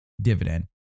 dividend